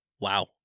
wow